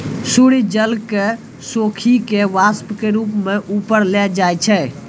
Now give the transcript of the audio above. सूर्य जल क सोखी कॅ वाष्प के रूप म ऊपर ले जाय छै